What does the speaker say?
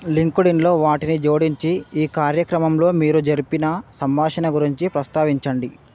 లింక్డ్ఇన్లో వాటిని జోడించి ఈ కార్యక్రమంలో మీరు జరిపిన సంభాషణ గురించి ప్రస్తావించండి